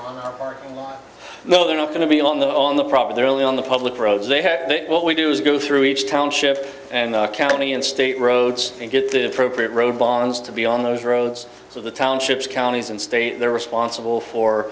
or no they're not going to be on the on the problem they're only on the public roads they have what we do is go through each township and county and state roads and get the appropriate road bonds to be on those roads so the townships counties and state they're responsible for